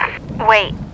Wait